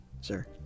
sir